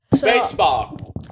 Baseball